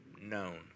known